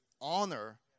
honor